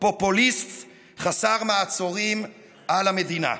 פופוליסט חסר מעצורים על המדינה.